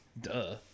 Duh